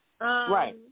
Right